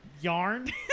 Yarn